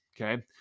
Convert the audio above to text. Okay